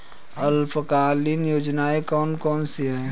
अल्पकालीन योजनाएं कौन कौन सी हैं?